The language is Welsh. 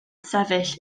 sefyll